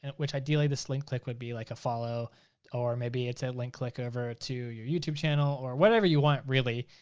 and which ideally this link click would be like a follow or maybe it's a link click over to your youtube channel or whatever you want, really,